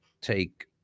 take